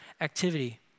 activity